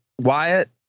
Wyatt